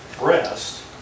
rest